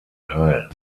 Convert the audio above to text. teil